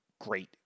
great